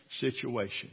situation